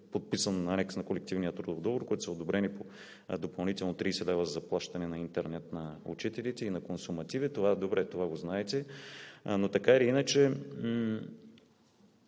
подписан Анекс на Колективния трудов договор, с който са одобрени по допълнително по 30 лв. заплащане на интернет на учителите и на консумативи. Това е добре, това го знаете, но така или иначе